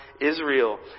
Israel